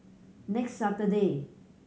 next Saturday